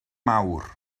mawr